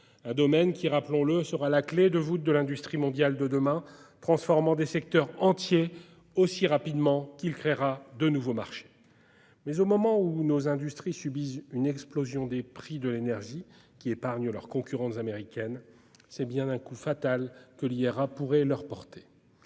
Ce domaine sera, rappelons-le, la clé de voûte de l'industrie mondiale de demain. Il transformera des secteurs entiers aussi rapidement qu'il créera de nouveaux marchés. Au moment où nos industries subissent une explosion des prix de l'énergie, qui épargne leurs concurrentes américaines, l'IRA pourrait bien leur porter